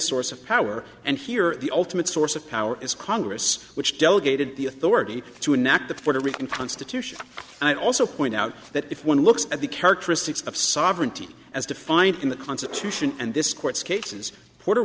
source of power and here the ultimate source of power is congress which delegated the authority to enact the puerto rican constitution and i also point out that if one looks at the characteristics of sovereignty as defined in the constitution and this court's cases puerto